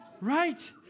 Right